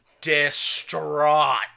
distraught